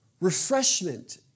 refreshment